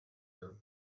there